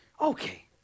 okay